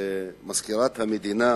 שמזכירת המדינה,